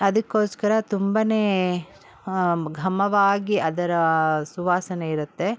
ಅದಕ್ಕೋಸ್ಕರ ತುಂಬನೇ ಘಮವಾಗಿ ಅದರ ಸುವಾಸನೆ ಇರುತ್ತೆ